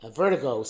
vertigo